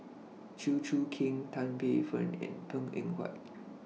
Chew Choo Keng Tan Paey Fern and Png Eng Huat